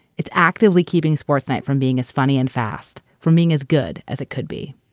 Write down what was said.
it's actively keeping sports night from being as funny and fast, from being as good as it could be.